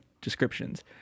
descriptions